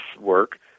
work